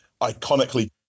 iconically